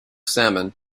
salmon